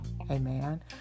amen